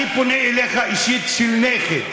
אני פונה אליך אישית, כנכד,